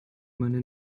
meine